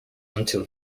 until